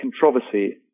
controversy